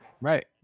right